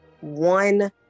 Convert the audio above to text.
one